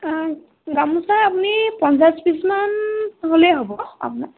গামোচা আপুনি পঞ্চাছ পিচ্মান হ'লেই হ'ব আপোনাৰ